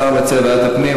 השר מציע ועדת הפנים,